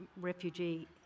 refugee